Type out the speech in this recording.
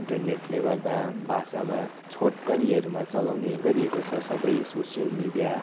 इन्टरनेटले गर्दा भाषामा छोटकरीहरूमा चलाउने गरिएको छ सबै सोसियल मिडिया